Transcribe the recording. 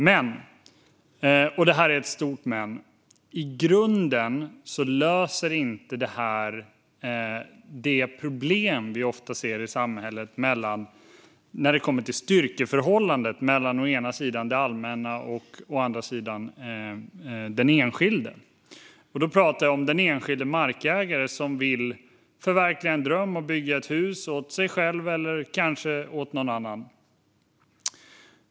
Men - och det är ett stort men - i grunden löser det inte det problem som vi ofta ser i samhället när det kommer till styrkeförhållandet mellan å ena sidan det allmänna och å andra sidan den enskilde. Då pratar jag om den enskilde markägare som vill förverkliga en dröm och bygga ett hus åt sig själv eller kanske åt någon annan.